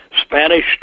Spanish